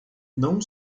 não